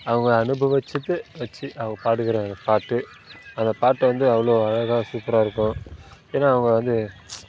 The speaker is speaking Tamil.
அவங்க அனுபவித்தது வெச்சு அவர் பாடுகிற பாட்டு அந்த பாட்டை வந்து அவ்வளோ அழகாக சூப்பராக இருக்குது ஏன்னால் அவங்க வந்து